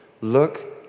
look